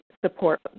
support